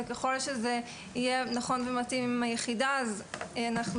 וככול שזה יהיה נכון ומתאים עם היחידה אנחנו